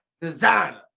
Designer